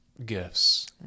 gifts